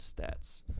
stats